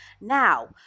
Now